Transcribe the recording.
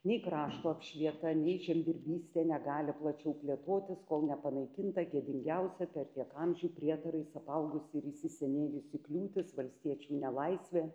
nei krašto apšvieta nei žemdirbystė negali plačiau plėtotis kol nepanaikinta gėdingiausia per tiek amžių prietarais apaugusi ir įsisenėjusi kliūtis valstiečių nelaisvė